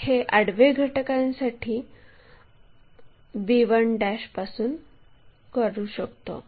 हे आडवे घटकांसाठी b1 पासून करू शकतो